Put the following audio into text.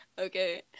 Okay